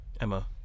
Emma